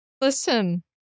Listen